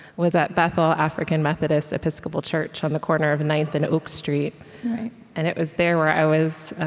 was at bethel african methodist episcopal church on the corner of ninth and oak street and it was there where i was ah